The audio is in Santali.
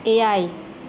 ᱮᱭᱟᱭ